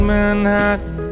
Manhattan